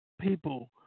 People